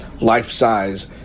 life-size